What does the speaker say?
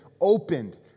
opened